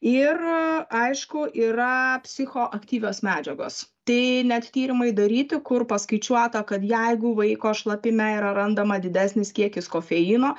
ir aišku yra psichoaktyvios medžiagos tai net tyrimai daryti kur paskaičiuota kad jeigu vaiko šlapime yra randama didesnis kiekis kofeino